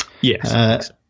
Yes